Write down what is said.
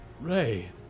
Ray